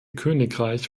königreich